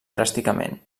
dràsticament